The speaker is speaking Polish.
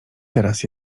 teraz